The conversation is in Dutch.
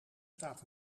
staat